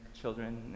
children